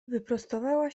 wyprostowała